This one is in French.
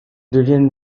deviennent